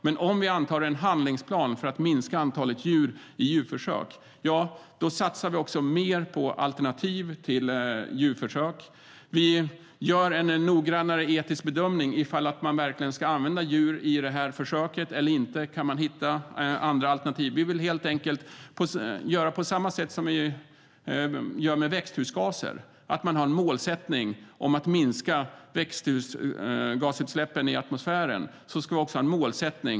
Men om vi antar en handlingsplan för att minska antalet djur i djurförsök satsar vi också mer på alternativ till djurförsök. Man har en målsättning om att minska växthusgasutsläppen i atmosfären.